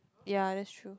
ya that's true